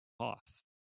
cost